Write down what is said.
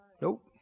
Nope